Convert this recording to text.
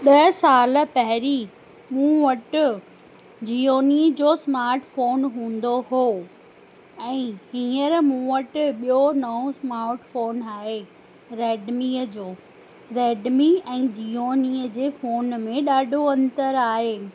ॾह साल पहिरीं मूं वटि जिओनी जो स्मार्ट फ़ोन हूंदो हो ऐं हीअंर मूं वटि ॿियों नओ स्मार्ट फ़ोन आहे रेडमीअ जो रेडमी ऐं जिओनीअ जे फ़ोन में ॾाढो अंतर आहे